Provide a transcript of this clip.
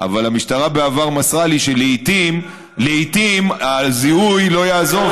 אבל המשטרה בעבר מסרה לי שלעיתים הזיהוי לא יעזור,